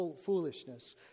foolishness